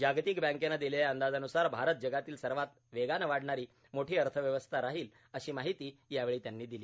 जागतिक बँकेने दिलेल्या अंदाजानुसार भारत जगातील सर्वात वेगाने वाढणारी मोठी अर्थव्यवस्था राहील अशी माहिती यावेळी त्यांनी दिली